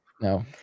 no